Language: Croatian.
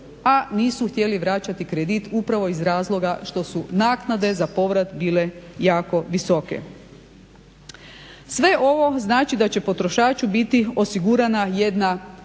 a nisu htjeli vraćati kredit upravo iz razloga što su naknade za povrat bile jako visoke. Sve ovo znači da će potrošaču biti osigurana jedna proaktivna